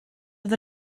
oedd